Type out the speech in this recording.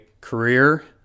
career